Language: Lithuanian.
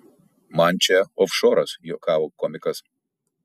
man čia ofšoras juokavo komikas